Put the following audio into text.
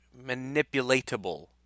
manipulatable